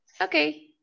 Okay